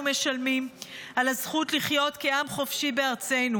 משלמים על הזכות לחיות כעם חופשי בארצנו.